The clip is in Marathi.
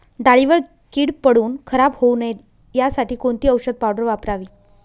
डाळीवर कीड पडून खराब होऊ नये यासाठी कोणती औषधी पावडर वापरावी?